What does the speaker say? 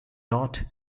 not